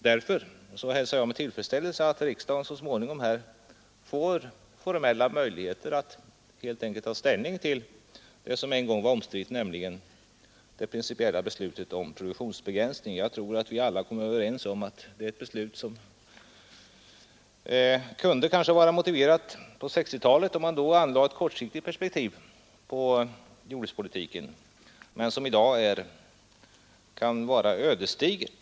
Därför hälsar jag med tillfredsställelse att riksdagen så småningom får formella möjligheter att ta ställning till det som en gång var omstritt, nämligen det principiella beslutet om produktionsbegränsning. Jag tror att vi alla kommer att vara överens om att beslutet kanske var motiverat på 1960-talet, om man anlade ett kortsiktigt perspektiv på jordbrukspolitiken, men i dag kan vara ödesdigert.